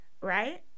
right